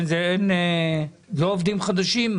אלה לא עובדים חדשים?